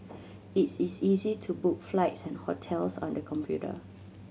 is is easy to book flights and hotels on the computer